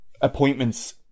appointments